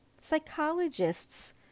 Psychologists